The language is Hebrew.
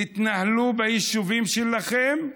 תתנהלו ביישובים שלכם,